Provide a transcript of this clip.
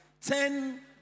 ten